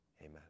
Amen